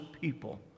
people